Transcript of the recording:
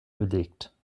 belegt